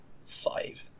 side